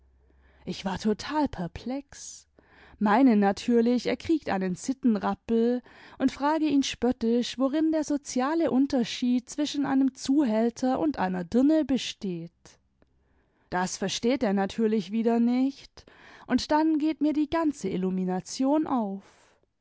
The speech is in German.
ich war total perplex meine natürlich er kriegt einen sittenrappel und frage ihn spöttisch worin der soziale unterschied zwischen einem zuhälter und einer dirne besteht das versteht er natürlich wieder nicht und dann geht mir die ganze illumination auf